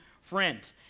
friend